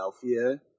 Philadelphia